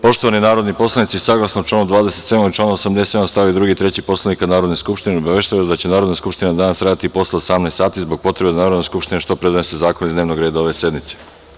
Poštovani narodni poslanici, saglasno članu 27. i članu 87. st. 2. i 3. Poslovnika Narodne skupštine, obaveštavam vas da će Narodna skupština danas raditi i posle 18.00 sati zbog potrebe da Narodna skupština što pre donese zakone iz dnevnog reda ove sednice.